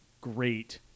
great